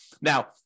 now